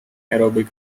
anaerobic